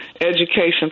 Education